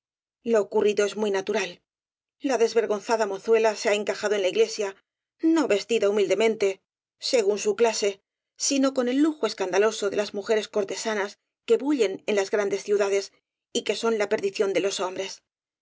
lo ocurrido es muy natural la desvergon zada mozuela se ha encajado en la iglesia no ves tida humildemente según su clase sino con el lujo escandaloso de las mujeres cortesanas que bullen en las grandes ciudades y que son la per dición de los hombres